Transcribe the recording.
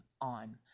on